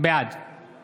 בעד